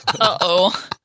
Uh-oh